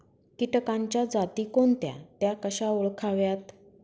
किटकांच्या जाती कोणत्या? त्या कशा ओळखाव्यात?